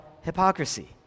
hypocrisy